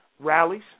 rallies